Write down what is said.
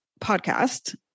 podcast